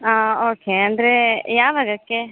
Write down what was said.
ಹಾಂ ಓಕೆ ಅಂದರೆ ಯಾವಾಗಕ್ಕೆ